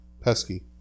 Pesky